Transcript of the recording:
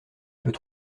peut